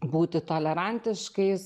būti tolerantiškais